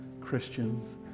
Christians